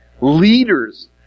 leaders